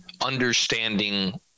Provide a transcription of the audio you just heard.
understanding